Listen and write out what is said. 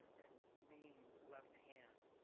and main left hand,